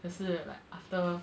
可是 like after